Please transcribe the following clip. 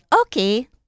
Okay